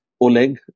Oleg